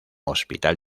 hospital